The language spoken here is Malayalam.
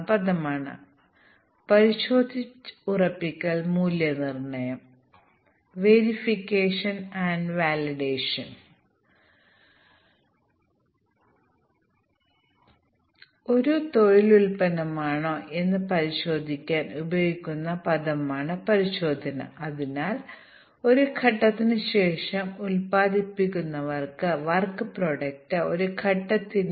അതിനാൽ ഇവിടെയുള്ള ഒരു പോരായ്മ എന്തെന്നാൽ ടെസ്റ്റ് എഞ്ചിനീയർമാർക്ക് സിസ്റ്റം ലെവൽ ഫംഗ്ഷനുകൾ നിരീക്ഷിക്കാൻ കഴിയില്ല അത് താഴെയുള്ള ലെവൽ മൊഡ്യൂളുകൾ മാത്രമാണ് പക്ഷേ ഒരു വലിയ കേസ് ഉണ്ടായിരിക്കാം അവർക്ക് വലിയ കേസ് പ്രവർത്തിപ്പിക്കാൻ കഴിയില്ല